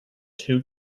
two